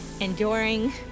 enduring